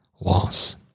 loss